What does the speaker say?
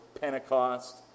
Pentecost